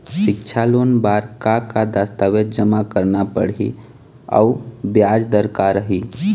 सिक्छा लोन बार का का दस्तावेज जमा करना पढ़ही अउ ब्याज दर का रही?